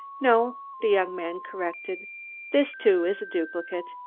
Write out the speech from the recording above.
no, the young man corrected this, too, is a duplicate.